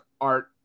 art